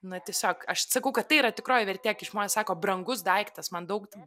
na tiesiog aš sakau kad tai yra tikroji vertė kai žmonės sako brangus daiktas man daug